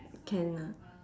can ah